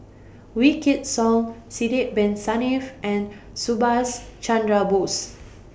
Wykidd Song Sidek Bin Saniff and Subhas Chandra Bose